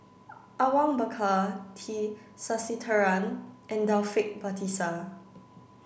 Awang Bakar T Sasitharan and Taufik Batisah